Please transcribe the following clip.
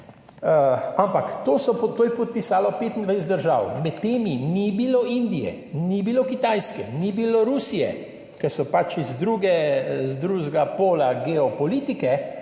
Ampak to je podpisalo 25 držav, med temi ni bilo Indije, ni bilo Kitajske, ni bilo Rusije, ki so pač iz drugega pola geopolitike,